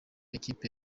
ikipe